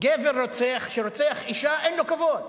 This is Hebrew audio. גבר רוצח, שרוצח אשה, אין לו כבוד.